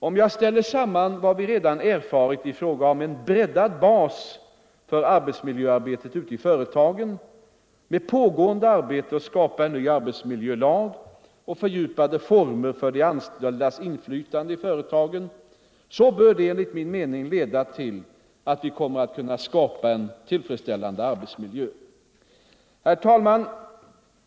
Om jag ställer samman vad vi redan erfarit i fråga om en breddad bas för arbetsmiljöarbetet ute i företagen med pågående arbete att skapa en ny arbetsmiljölag och fördjupade former för de anställdas inflytande i företagen så bör det enligt min mening leda till att vi kommer att kunna skapa en tillfredsställande arbetsmiljö. Herr talman!